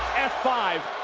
f five.